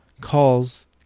calls